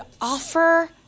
offer